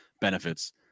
benefits